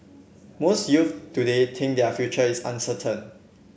most youth today think that their future is uncertain